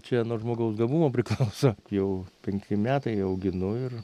čia nuo žmogaus gabumų priklauso jau penkti metai auginu ir